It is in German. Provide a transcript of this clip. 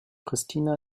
pristina